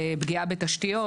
פגיעה בתשתיות,